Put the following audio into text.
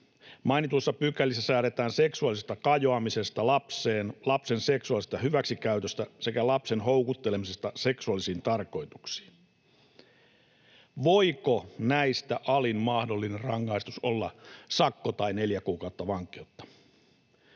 Mainituissa pykälissä säädetään seksuaalisesta kajoamisesta lapseen, lapsen seksuaalisesta hyväksikäytöstä sekä lapsen houkuttelemisesta seksuaalisiin tarkoituksiin. Voiko näistä alin mahdollinen rangaistus olla sakko tai neljä kuukautta vankeutta?